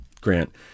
Grant